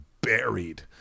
buried